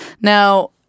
Now